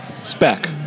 spec